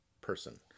person